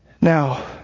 Now